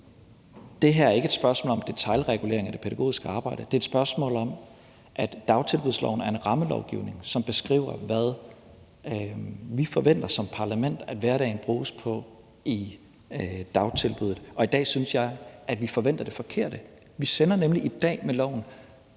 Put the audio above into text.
det her ikke er et spørgsmål om detailregulering af det pædagogiske arbejde. Det er et spørgsmål om, at dagtilbudsloven er en rammelovgivning, som beskriver, hvad vi som parlament forventer at hverdagen bruges på i dagtilbud. Og i dag synes jeg at vi forventer det forkerte. Vi sender nemlig i dag med loven